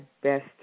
best